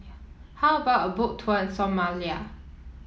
how about a Boat Tour in Somalia